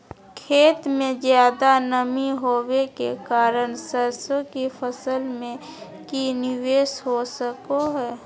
खेत में ज्यादा नमी होबे के कारण सरसों की फसल में की निवेस हो सको हय?